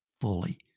fully